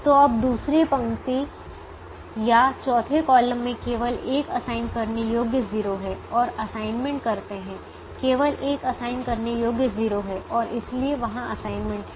तो अब दूसरी पंक्ति या चौथे कॉलम में केवल एक असाइन करने योग्य 0 है और असाइनमेंट करते हैं केवल एक असाइन करने योग्य 0 है और इसलिए वहां असाइनमेंट है